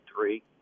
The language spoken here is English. three